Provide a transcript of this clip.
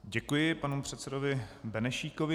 Děkuji panu předsedovi Benešíkovi.